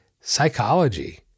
psychology